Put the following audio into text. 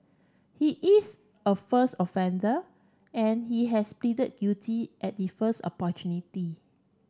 he is a first offender and he has pleaded guilty at the first opportunity